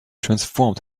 transformed